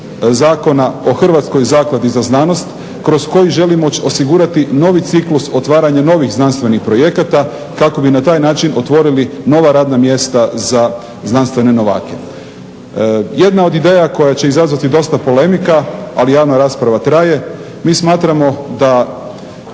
Zakona o Hrvatskoj zakladi za znanost kroz koji želimo osigurati novi ciklus otvaranja novih znanstvenih projekata kako bi na taj način otvorili nova radna mjesta za znanstvene novake. Jedna od ideja koja će izazvati dosta polemika, ali javna rasprava traje, mi smatramo da